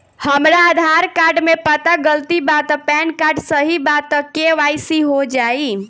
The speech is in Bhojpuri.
हमरा आधार कार्ड मे पता गलती बा त पैन कार्ड सही बा त के.वाइ.सी हो जायी?